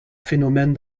phénomènes